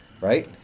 right